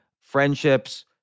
friendships